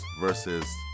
versus